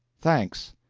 thanks.